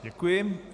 Děkuji.